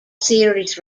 series